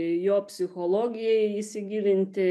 į jo psichologiją įsigilinti